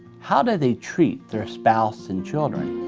how do they treat their spouse and children?